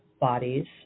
bodies